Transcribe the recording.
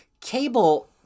Cable